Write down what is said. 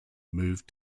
moved